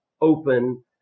open